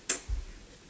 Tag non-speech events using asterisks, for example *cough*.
*noise*